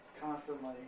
constantly